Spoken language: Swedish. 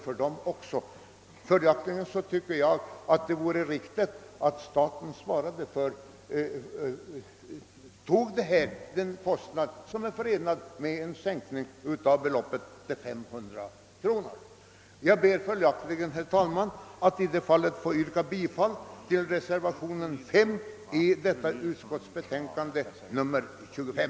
Följaktligen tycker jag att det vore riktigt att staten toge på sig den kostnad som är förenad med en sänkning av beloppet till 500 kronor. Jag ber därför, herr talman, att få yrka bifall till reservationen 5 i utskottets betänkande nr 25.